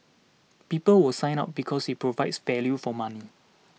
people will sign up because it provides value for money